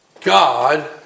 God